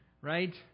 right